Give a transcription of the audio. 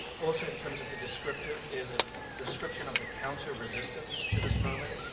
also in terms of the descriptive is a description of the counter resistance to this moment.